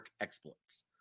exploits